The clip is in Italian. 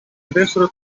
avessero